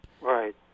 Right